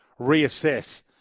reassess